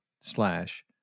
slash